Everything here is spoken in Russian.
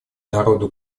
народу